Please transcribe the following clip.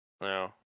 No